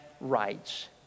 rights